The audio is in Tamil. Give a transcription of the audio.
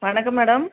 வணக்கம் மேடம்